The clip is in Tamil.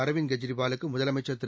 அரவிந்த் கெஜ்ரிவாலுக்கு முதலமைச்சா் திரு